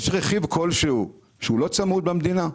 יש רכיב כלשהו שהוא לא צמוד במדינה?!